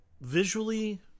visually